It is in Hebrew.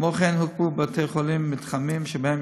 כמו כן הוקמו בבתי-חולים מתחמים שבהם